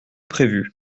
prévu